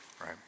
right